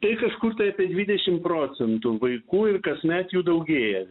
tai kažkur tai apie dvidešimt procentų vaikų ir kasmet jų daugėja